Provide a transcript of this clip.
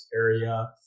area